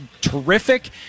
terrific